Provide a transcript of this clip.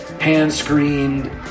hand-screened